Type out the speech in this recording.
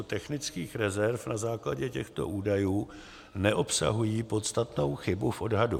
technických rezerv na základě těchto údajů neobsahují podstatnou chybu v odhadu;